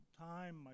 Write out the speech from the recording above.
time